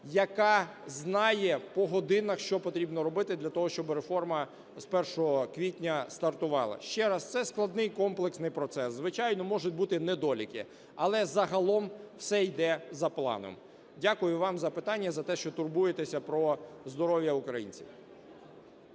яка знає по годинах, що потрібно робити для того, щоби реформа з 1 квітня стартувала. Ще раз, це складний комплексний процес, звичайно, можуть бути недоліки, але загалом все йде за планом. Дякую вам за питання, за те, що турбуєтеся про здоров'я українців.